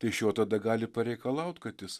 tai iš jo tada gali pareikalaut kad jis